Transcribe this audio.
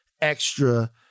extra